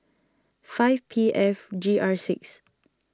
five P F G R six